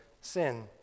sin